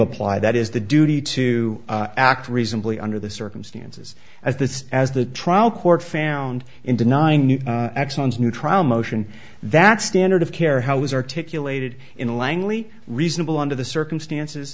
apply that is the duty to act reasonably under the circumstances as this as the trial court found in denying new axons new trial motion that standard of care how it was articulated in langley reasonable under the circumstances